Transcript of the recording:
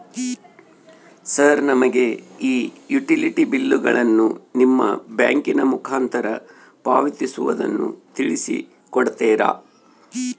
Sir ನಮಗೆ ಈ utility ಬಿಲ್ಲುಗಳನ್ನು ನಿಮ್ಮ ಬ್ಯಾಂಕಿನ ಮುಖಾಂತರ ಪಾವತಿಸುವುದನ್ನು ತಿಳಿಸಿ ಕೊಡ್ತೇರಾ?